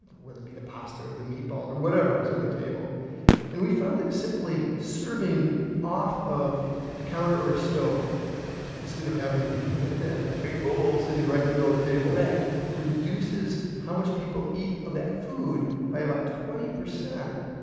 whether it be the pasta or the meatball or whatever is on the table and we found that simply serving off of a counter or a stove instead of having that big bowl sitting right in the middle of the table reduces how much people eat of that food by about twenty percent.